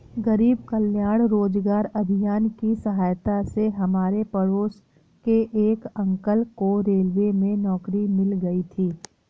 गरीब कल्याण रोजगार अभियान की सहायता से हमारे पड़ोस के एक अंकल को रेलवे में नौकरी मिल गई थी